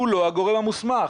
הוא לא הגורם המוסמך.